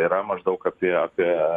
tai yra maždaug apie apie